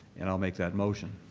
and i'll make that motion.